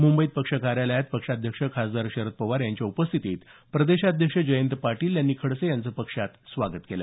मुंबईत पक्ष कार्यालयात पक्षाध्यक्ष खासदार शरद पवार यांच्या उपस्थितीत प्रदेशाध्यक्ष जयंत पाटील यांनी खडसे यांचं पक्षात स्वागत केलं